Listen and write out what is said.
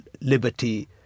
liberty